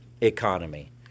economy